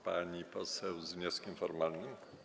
Pani poseł z wnioskiem formalnym?